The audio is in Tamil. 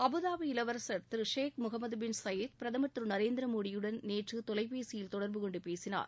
அபுதாபி இளவரசர் திரு ஷேக் முகமது பின் சயீத் பிரதமர் திரு நரேந்திர மோடியுடன் நேற்று தொலைபேசியில் தொடர்பு கொண்டு பேசினார்